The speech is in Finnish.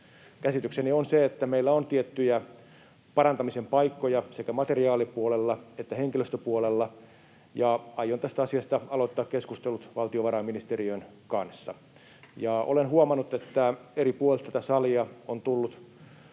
Käsitykseni on se, että meillä on tiettyjä parantamisen paikkoja sekä materiaalipuolella että henkilöstöpuolella, ja aion tästä asiasta aloittaa keskustelut valtiovarainministeriön kanssa. Olen huomannut, että eri puolilta tätä salia on tullut